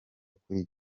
kuri